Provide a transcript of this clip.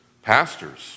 Pastors